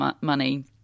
money